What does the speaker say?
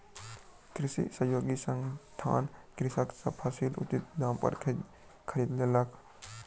कृषि सहयोगी संस्थान कृषक सॅ फसील उचित दाम पर खरीद लेलक